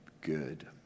good